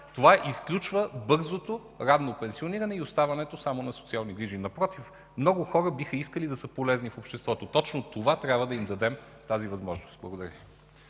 Това изключва бързото, ранно пенсиониране и оставането само на социални грижи. Напротив, много хора биха искали да са полезни в обществото – точно тази възможност трябва да им дадем. Благодаря Ви.